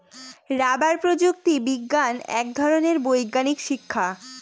rubber প্রযুক্তি বিজ্ঞান এক ধরনের বৈজ্ঞানিক শিক্ষা